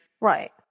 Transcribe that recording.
Right